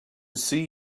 see